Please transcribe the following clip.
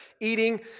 eating